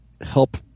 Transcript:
help